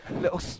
little